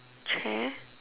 chair